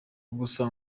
gusa